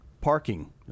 Parking